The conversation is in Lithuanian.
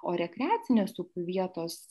o rekreacinės vietos